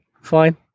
fine